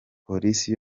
polisi